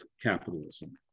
capitalism